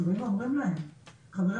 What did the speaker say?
שבאים ואומרים להם - חברים,